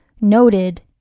noted